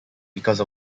because